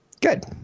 Good